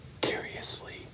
Curiously